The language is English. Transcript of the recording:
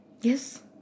Yes